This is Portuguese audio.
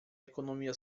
economia